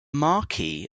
marquess